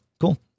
cool